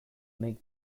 make